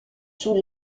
sous